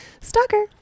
Stalker